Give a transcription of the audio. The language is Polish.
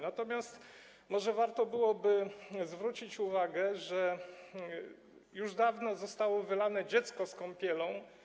Natomiast może warto byłoby zwrócić uwagę, że już dawno zostało wylane dziecko z kąpielą.